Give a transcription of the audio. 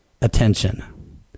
attention